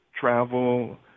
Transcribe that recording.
travel